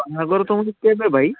ବାହାଘର ତୁମର କେବେ ଭାଇ